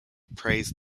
praised